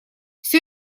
все